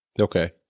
Okay